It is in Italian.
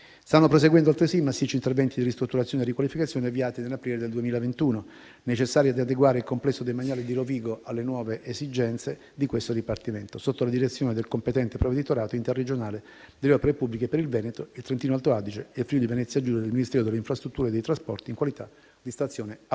Stanno proseguendo, altresì, i massicci interventi di ristrutturazione e riqualificazione avviati nell'aprile del 2021, necessari ad adeguare il complesso demaniale di Rovigo alle nuove esigenze di questo dipartimento, sotto la direzione del competente provveditorato interregionale delle opere pubbliche per il Veneto, il Trentino-Alto Adige e il Friuli-Venezia Giulia del Ministero delle infrastrutture e dei trasporti, in qualità di stazione appaltante